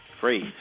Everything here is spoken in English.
Free